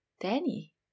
danny